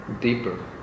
deeper